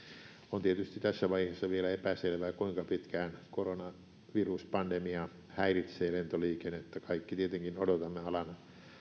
on tietysti tässä vaiheessa vielä epäselvää kuinka pitkään koronaviruspandemia häiritsee lentoliikennettä me kaikki tietenkin odotamme alan